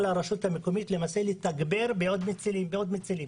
על הרשות המקומית לתגבר בעוד ועוד מצילים